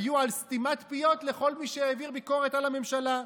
היו על סתימת פיות לכל מי שהעביר ביקורת על הממשלה.